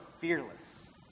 fearless